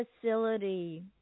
facility